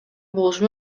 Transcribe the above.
болушу